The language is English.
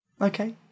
Okay